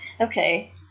okay